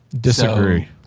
Disagree